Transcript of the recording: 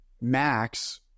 Max